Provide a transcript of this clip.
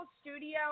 studio